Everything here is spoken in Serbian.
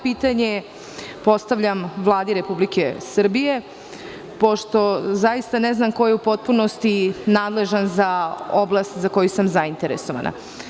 Pitanje postavljam Vladi Republike Srbije, pošto zaista ne znam koju u potpunosti nadležan za oblast za koju sam zainteresovana.